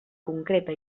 concreta